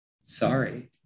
sorry